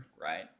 right